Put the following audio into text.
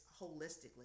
holistically